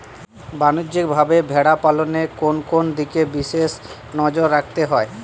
বাণিজ্যিকভাবে ভেড়া পালনে কোন কোন দিকে বিশেষ নজর রাখতে হয়?